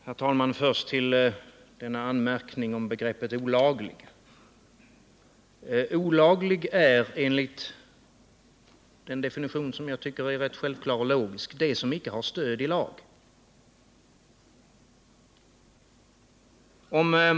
Herr talman! Först en anmärkning om begreppet olagligt. Olagligt är enligt en definition som jag tycker är rätt självklar och logisk det som inte har stöd i lag.